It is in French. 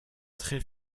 très